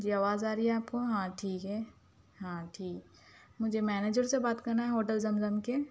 جی آواز آ رہی ہے آپ کو ہاں ٹھیک ہے ہاں ٹھیک مجھے منیجر سے بات کرنا ہے ہوٹل زمزم کے